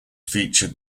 featured